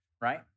right